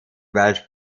welsh